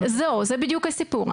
זהו, אז זה בדיוק הסיפור.